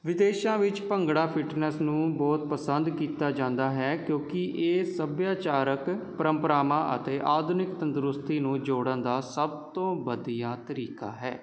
ਵਿਦੇਸ਼ਾਂ ਵਿੱਚ ਭੰਗੜਾ ਫਿੱਟਨੈੱਸ ਨੂੰ ਬਹੁਤ ਪਸੰਦ ਕੀਤਾ ਜਾਂਦਾ ਹੈ ਕਿਉਂਕਿ ਇਹ ਸੱਭਿਆਚਾਰਕ ਪ੍ਰੰਪਰਾਵਾਂ ਅਤੇ ਆਧੁਨਿਕ ਤੰਦਰੁਸਤੀ ਨੂੰ ਜੋੜਣ ਦਾ ਸਭ ਤੋਂ ਵਧੀਆ ਤਰੀਕਾ ਹੈ